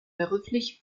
beruflich